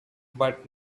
but